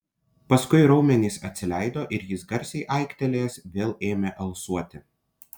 paskui raumenys atsileido ir jis garsiai aiktelėjęs vėl ėmė alsuoti